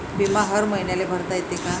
बिमा हर मईन्याले भरता येते का?